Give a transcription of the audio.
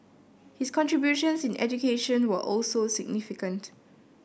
his contributions in education were also significant